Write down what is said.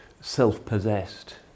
self-possessed